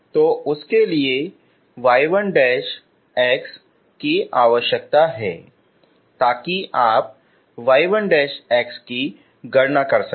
तो उसके लिए आप y1 की आवश्यकता है ताकि आप y1 की गणना करें